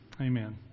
Amen